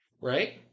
Right